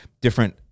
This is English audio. different